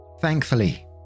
Thankfully